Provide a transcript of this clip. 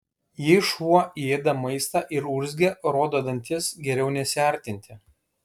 jei šuo ėda maistą ir urzgia rodo dantis geriau nesiartinti